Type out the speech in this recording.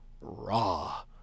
Raw